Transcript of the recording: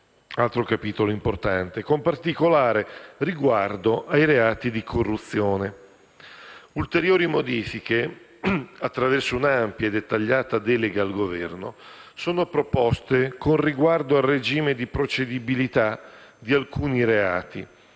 (altro capitolo importante), con particolare riguardo ai reati di corruzione. Ulteriori modifiche, attraverso un'ampia e dettagliata delega al Governo, sono proposte con riguardo al regime di procedibilità di alcuni reati,